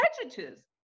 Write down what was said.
prejudices